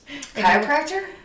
Chiropractor